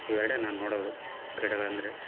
ಇವೆರಡೇ ನಾನು ನೋಡೋದು ಕ್ರೀಡೆಗಳಂದರೆ